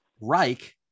Reich